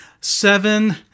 seven